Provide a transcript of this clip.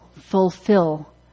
fulfill